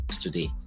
today